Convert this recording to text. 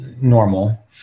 normal